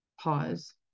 pause